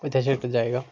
ঐটা হচ্ছে একটা জায়গা